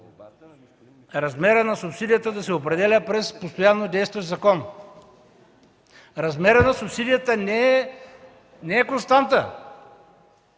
размерът на субсидията да се определя през постоянно действащ закон. Размерът на субсидията не е константа.